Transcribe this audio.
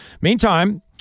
Meantime